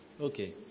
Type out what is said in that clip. Okay